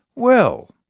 well,